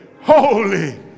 holy